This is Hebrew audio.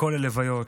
בכל ההלוויות: